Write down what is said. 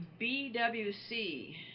BWC